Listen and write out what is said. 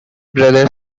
brothers